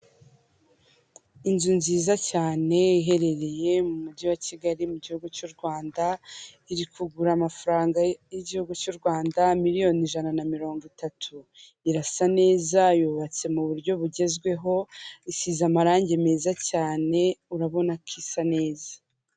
Inzu nziza cyane iherereye mu mujyi wa Kigali mu gihugu cy'u Rwanda iri kugura amafaranga y'igihugu cy'u Rwanda miliyoni ijana na mirongo itatu, irasa neza yubatse mu buryo bugezweho isize amarangi meza cyane urabona ko isa neza.